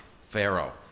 Pharaoh